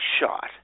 shot